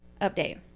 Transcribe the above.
update